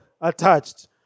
attached